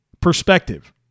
perspective